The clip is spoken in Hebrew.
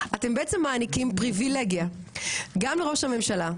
אתם בעצם מעניקים פריבילגיה גם לראש הממשלה,